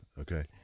okay